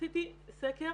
עשיתי סקר